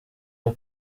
uwa